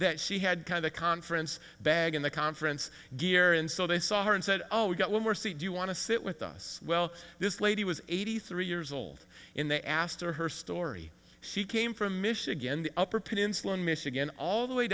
that she had kind of conference bag in the conference gear and so they saw her and said oh we've got one more seat do you want to sit with us well this lady was eighty three years old in the astor her story she came from michigan the upper peninsula in michigan all the way